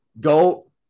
go